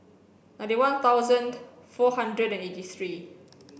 ninety one thousand four hundred and eighty three